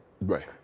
Right